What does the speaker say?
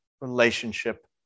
relationship